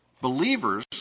Believers